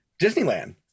disneyland